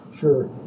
Sure